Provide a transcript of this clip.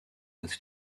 was